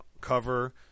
Cover